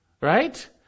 right